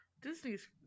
Disney's